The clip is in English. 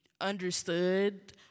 understood